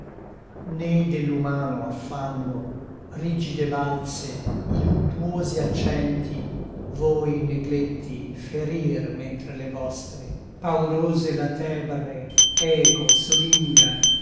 né dell'umano affanno rigide balze i luttuosi accenti voi negletti ferìr mentre le vostre paurose latebre eco solinga